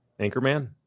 Anchorman